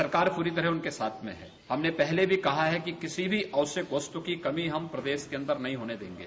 सरकार पूरी तरह से उनके साथ है हमने पहले भी कहा है कि किसी भी आवश्यक वस्तु की कमी हम प्रदेश के अंदर होने नहीं देंगे